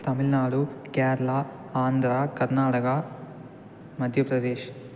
Tamil Nadu Kerala Andhra Karnataka Madhya Pradesh